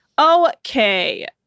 Okay